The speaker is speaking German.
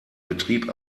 betrieb